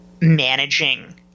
managing